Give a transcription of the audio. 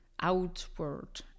outward